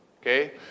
okay